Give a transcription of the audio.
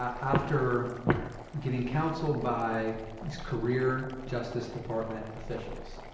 after getting counseled by these career justice department officials,